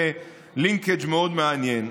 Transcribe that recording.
זה linkage מאוד מעניין.